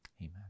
amen